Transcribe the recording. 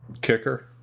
Kicker